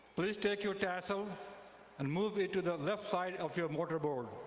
please take your tassel and move it to the left side of your mortarboard.